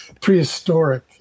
Prehistoric